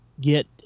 get